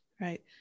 right